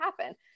happen